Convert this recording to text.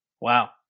wow